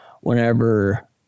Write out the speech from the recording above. whenever